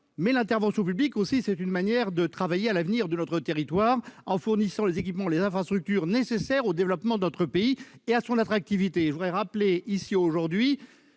demain. L'intervention publique, c'est une manière de travailler à l'avenir de notre territoire en fournissant les équipements et les infrastructures nécessaires au développement de notre pays et à son attractivité. En 2019, la France était